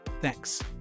Thanks